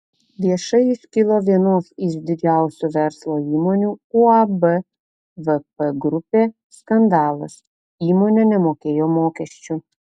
viešai iškilo vienos iš didžiausių verslo įmonių uab vp grupė skandalas įmonė nemokėjo mokesčių